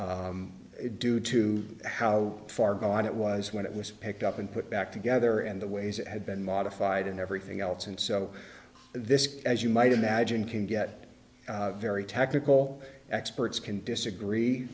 due to how far gone it was when it was picked up and put back together and the ways it had been modified and everything else and so this as you might imagine can get very technical experts can disagree